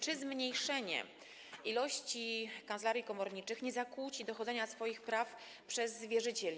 Czy zmniejszenie ilości kancelarii komorniczych nie zakłóci dochodzenia swoich praw przez wierzycieli?